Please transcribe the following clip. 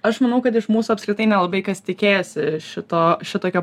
aš manau kad iš mūsų apskritai nelabai kas tikėjosi šito šitokio